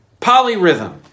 polyrhythm